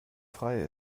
frei